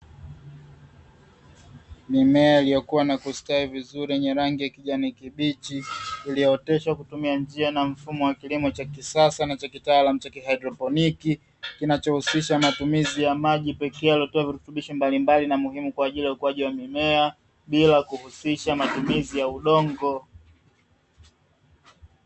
Mimea iliyokuwa na kustawi vizuri yenye rangi ya kijani kibichi iliyooteshwa kupitia njia ya mfumo wa kilimo cha kisasa cha kitaalamu cha haidroponi, kinachohusisha maji pekee yaliyotiwa virutubisho mbalimbali na muhimu kwa ajili ya ukuaji wa mimea bila kuhusisha udongo.